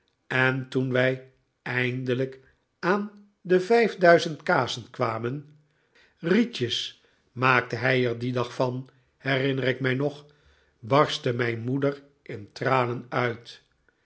en toen wij eindelijk aan de vijf duizend kazen kwamen rietjes maakte hij er dien dag van herinner ik mij nog barstte mijn moeder in tranen uit